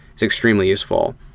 it's extremely useful.